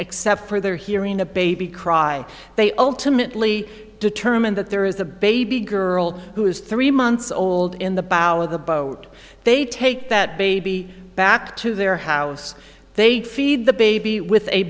except for their hearing a baby cry they ultimately determine that there is a baby girl who is three months old in the bow of the boat they take that baby back to their house they feed the baby with a